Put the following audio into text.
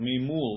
Mimul